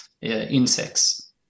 insects